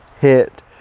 hit